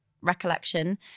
recollection